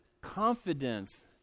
Confidence